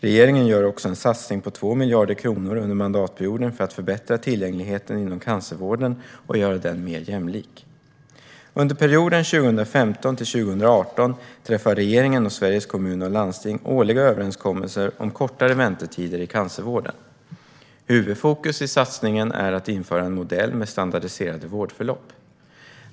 Regeringen gör också en satsning på 2 miljarder kronor under mandatperioden för att förbättra tillgängligheten inom cancervården och göra den mer jämlik. Under perioden 2015-2018 träffar regeringen och Sveriges Kommuner och Landsting, SKL, årliga överenskommelser om kortare väntetider i cancervården. Huvudfokus i satsningen är att införa en modell med standardiserade vårdförlopp.